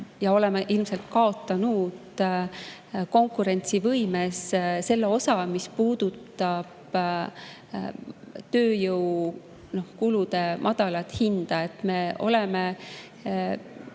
ja oleme ilmselt kaotanud konkurentsivõimes selle osa, mis puudutab tööjõukulude madalat hinda. Me oleme